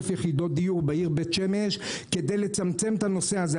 יחידות דיור בעיר בית שמש כדי לצמצמם את הנושא הזה,